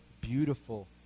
beautiful